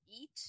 eat